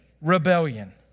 rebellion